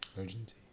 Urgency